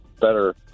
better